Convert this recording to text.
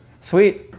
Sweet